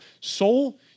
soul